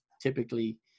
typically